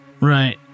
Right